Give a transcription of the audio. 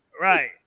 Right